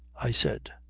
i said.